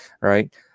right